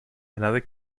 another